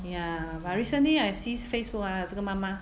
ya but recently I sees Facebook ah 这个妈妈